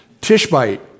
Tishbite